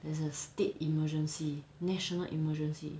there's a state emergency national emergency